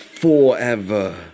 forever